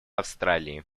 австралии